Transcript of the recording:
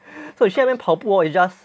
so 你去那边跑步 hor it's just